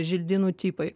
želdynų tipai